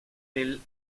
del